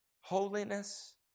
Holiness